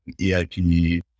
eip